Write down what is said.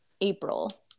April